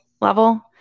level